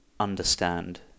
understand